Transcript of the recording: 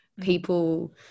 People